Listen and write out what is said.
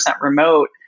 remote